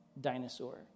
dinosaur